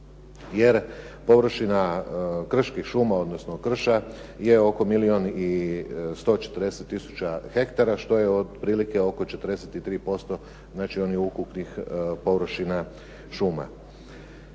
Jer površina krških šuma odnosno krša je oko milijun i 140 tisuća hektara što je otprilike oko 43% znači onih ukupnih površina šuma.